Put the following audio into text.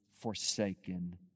forsaken